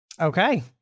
Okay